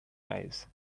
eyes